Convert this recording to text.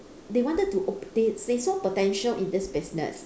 they wanted to op~ they they saw potential in this business